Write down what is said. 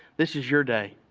this is your day.